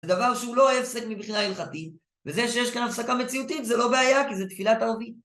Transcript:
זה דבר שהוא לא הפסק מבחינה הלכתית וזה שיש כאן הפסקה מציאותית זה לא בעיה כי זו תפילת ערבית